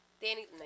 Danny